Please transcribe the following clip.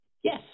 Yes